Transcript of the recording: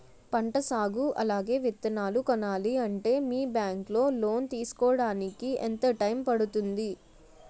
పంట సాగు అలాగే విత్తనాలు కొనాలి అంటే మీ బ్యాంక్ లో లోన్ తీసుకోడానికి ఎంత టైం పడుతుంది?